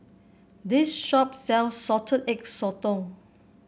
this shop sells Salted Egg Sotong